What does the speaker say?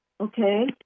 Okay